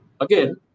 again